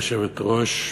גברתי היושבת-ראש,